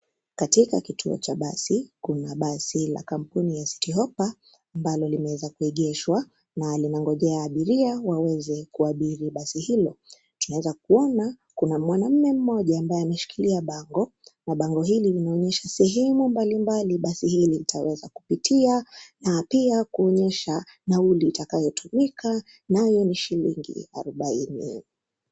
Katika kituo cha basi, kuna basi la kampuni la (cs)city hopper(cs) ambalo limeeza kuegeswa na linangojea abiria waweze kuabiri basi ilo. Tunaeza kuona kuna mwanamme mmoja ambaye ameshikilia bango na bango hili linaonyesha sehemu mbalimbali basi hili litaweza na pia kuonyesha nauli itakayotumika nayo ni shilingi arubaini.